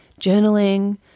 journaling